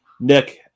Nick